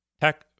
tech